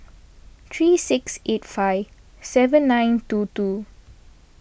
three six eight five seven nine two two